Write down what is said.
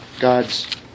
God's